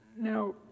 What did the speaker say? Now